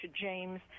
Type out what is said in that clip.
James